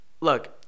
look